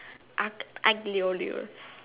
Aglio-Olio